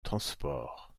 transport